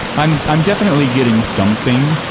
i'm i'm definitely getting something,